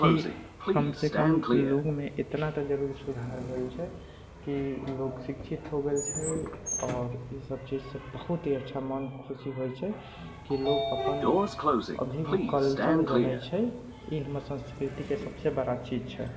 की कम से कम लोगमे एतना तऽ जरूर सुधार होएल छै की लोग शिक्षित हो गेल छै आओर ईसब चीजसँ बहुत ही अच्छा मोन खुश होइत छै कि लोग अपन अभी भी कल्चर जनै छै ई हमर संस्कृतिके सबसे बड़ा चीज छै